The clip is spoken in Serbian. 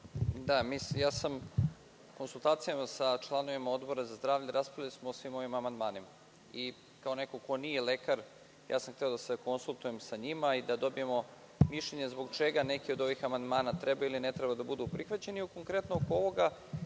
U konsultacijama sa članovima Odbora za zdravlje sam raspravljao o svim ovim amandmanima. Kao neko ko nije lekar, hteo sam da se konsultujem sa njima i da dobijemo mišljenje zbog čega neki od ovih amandmana treba ili ne treba da budu prihvaćeni. Konkretno oko ovoga,